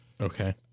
Okay